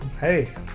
Hey